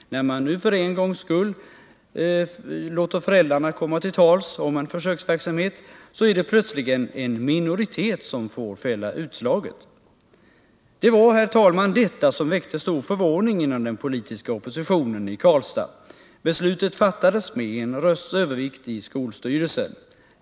När nu för en gångs skull föräldrarna får komma till tals om en försöksverksamhet så är det plötsligen en minoritet som får fälla utslaget. Det var detta, herr talman, som väckte stor förvåning inom den politiska oppositionen i Karlstad. Beslutet fattades med en rösts övervikt i skolstyrelsen.